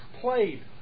played